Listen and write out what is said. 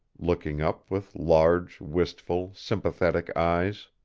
looking up with large, wistful, sympathetic eyes.